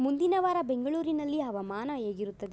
ಮುಂದಿನ ವಾರ ಬೆಂಗಳೂರಿನಲ್ಲಿ ಹವಾಮಾನ ಹೇಗಿರುತ್ತದೆ